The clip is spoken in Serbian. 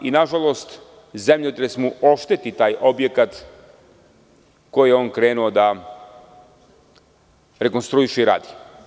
Nažalost, zemljotres mu ošteti taj objekat koji je krenuo da rekonstruiše i radi.